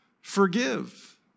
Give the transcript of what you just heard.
forgive